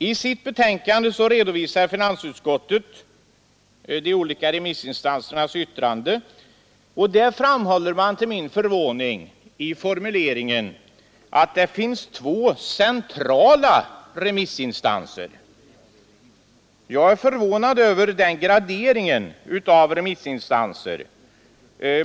I sitt betänkande redovisar finansutskottet de olika remissinstansernas yttranden och framhåller i det sammanhanget att det finns två centrala remissinstanser. Jag är förvånad över den graderingen av remissinstanserna.